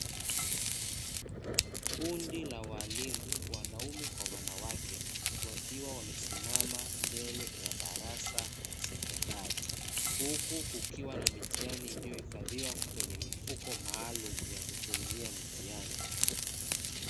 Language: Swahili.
Kundi la waalimu wanaume kwa wanawake wakiwa wamesimama mbele ya darasa la sekondari, huku kukiwa na mitiani kwenye mifuko maalumu ya kutunzia mitihani.